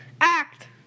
Act